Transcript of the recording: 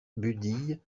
budille